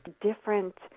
different